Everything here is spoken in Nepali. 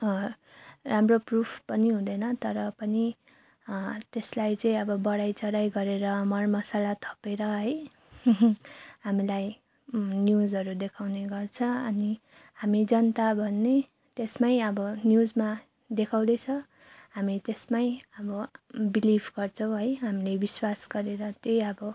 राम्रो प्रुफ पनि हुँदैन तर पनि त्यसलाई चाहिँ अब बढाई चढाई गरेर मर मसाला थपेर है हामीलाई न्युजहरू देखाउने गर्छ अनि हामी जनता भन्ने त्यसमै अब न्युजमा देखाउँदैछ हामी त्यसमै अब बिलिभ गर्छौँ है हामीले विश्वास गरेर त्यही अब